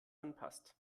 anpasst